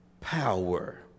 Power